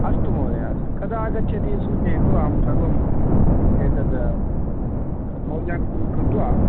अस्तु महोदयः कदा आगच्छति सूचयतु अहं एतत् मौल्याङ्कनं कृत्वा